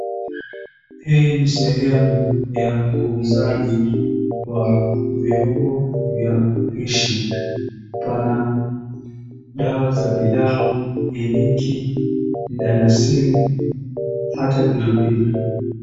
Hii ni sehemu ya uuzaji wa viungo vya upishi. Pana dawa za pilau, iliki, mdalasini, hata pilipili.